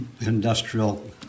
industrial